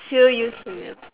still used to ya